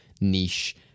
niche